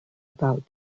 about